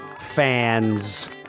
fans